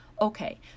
Okay